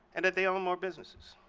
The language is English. and that they own more businesses.